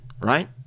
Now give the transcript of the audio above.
right